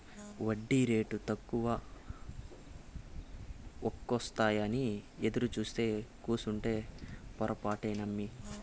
ఒడ్డీరేటు తక్కువకొస్తాయేమోనని ఎదురుసూత్తూ కూసుంటే పొరపాటే నమ్మి